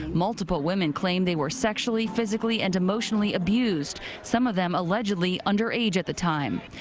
multiple women claimed they were sexually, physically, and emotionally abused. some of them allegedly under age at the time.